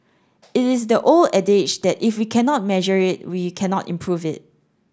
it is the old adage that if we cannot measure it we cannot improve it